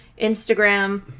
Instagram